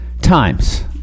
times